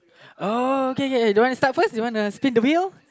uh okay okay uh do you want to start first you wanna spin the wheel